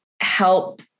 help